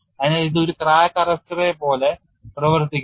അതിനാൽ ഇത് ഒരു ക്രാക്ക് അറസ്റ്ററെപ്പോലെ പ്രവർത്തിക്കുന്നു